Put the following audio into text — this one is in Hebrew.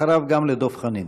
אחריו, גם לדב חנין.